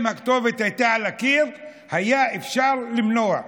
אם הכתובת הייתה על הקיר היה אפשר למנוע.